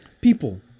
people